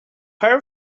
her